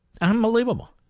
Unbelievable